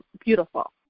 beautiful